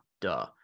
Duh